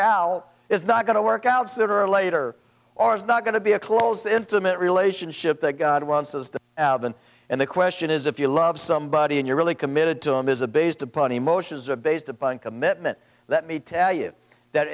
out it's not going to work out sooner or later or it's not going to be a close intimate relationship that god wants us to and the question is if you love somebody and you're really committed to them is a based upon emotions or based upon commitment that me tell you that